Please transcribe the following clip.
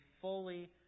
fully